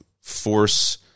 force